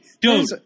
dude